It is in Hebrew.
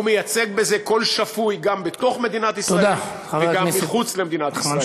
הוא מייצג בזה קול שפוי גם בתוך מדינת ישראל וגם מחוץ למדינת ישראל.